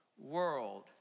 World